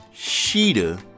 sheeta